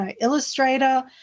illustrator